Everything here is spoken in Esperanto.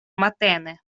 matene